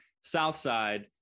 Southside